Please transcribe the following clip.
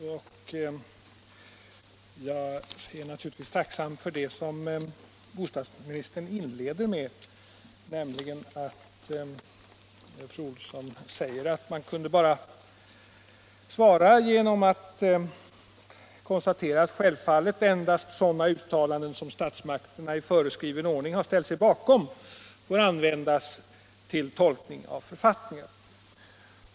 Naturligtvis är jag särskilt tacksam för det som bostadsministern sade inledningsvis, nämligen att min fråga skulle kunna besvaras bara genom att man konstaterade att självfallet endast sådana uttalanden som statsmakterna i föreskriven ordning har ställt sig bakom får användas till tolkning av författningar.